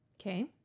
Okay